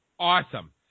Awesome